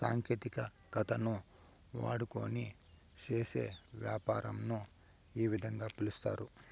సాంకేతికతను వాడుకొని చేసే యాపారంను ఈ విధంగా పిలుస్తారు